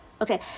Okay